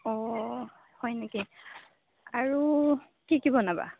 অঁ হয় নেকি আৰু কি কি বনাবা